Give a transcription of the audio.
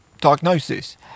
diagnosis